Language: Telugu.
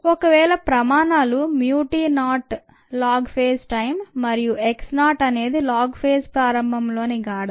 ఒక వేళ ప్రమాణాలు mu t naught lag phase time మరియు x నాట్ అనేది లోగ్ ఫేజ్ ప్రారంభంలోని గాఢత